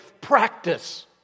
Practice